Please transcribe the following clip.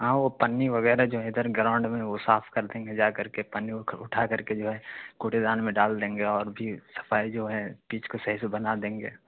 ہاں وہ پنی وغیرہ جو ہے ادھر گراؤنڈ میں وہ صاف کر دیں گے جا کر کے پنی اٹھا کر کے جو ہے کوڑے دان میں ڈال دیں گے اور بھی صفائی جو ہے پچ کو صحیح سے بنا دیں گے